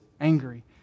angry